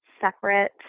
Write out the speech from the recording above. separate